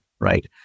right